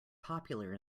popular